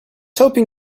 hoping